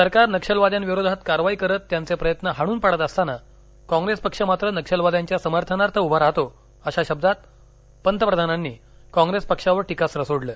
सरकार नक्षलवाद्यांविरोधात कारवाई करत त्यांचे प्रयत्न हाणून पाडत असताना काँग्रेस पक्ष मात्र नक्षलवाद्यांच्या समर्थनार्थ उभा राहतो अशा शब्दांत पंतप्रधानांनी काँग्रेस पक्षावर टीकास्त्र सोडलं